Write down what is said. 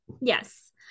Yes